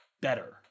better